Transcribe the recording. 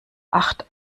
acht